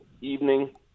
evening